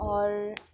اور